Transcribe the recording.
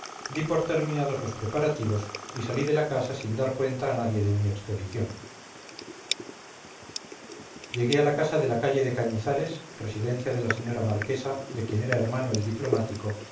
di por terminados los preparativos y salí de la casa sin dar cuenta a nadie de mi expedición llegué a la casa de la calle de cañizares residencia de la señora marquesa de quien era hermano el diplomático